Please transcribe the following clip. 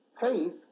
faith